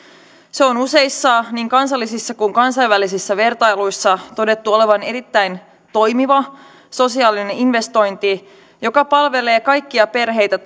sen on useissa niin kansallisissa kuin kansainvälisissä vertailuissa todettu olevan erittäin toimiva sosiaalinen investointi joka palvelee kaikkia perheitä